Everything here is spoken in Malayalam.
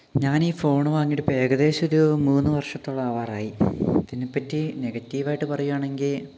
ഞാനീ ഫോണ് വാങ്ങിയിട്ട് ഇപ്പം ഏകദേശമൊരു മൂന്ന് വർഷത്തോളാവാറായി ഇതിനെ പറ്റി നെഗറ്റീവായിട്ട് പറയുവാണെങ്കിൽ